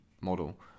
model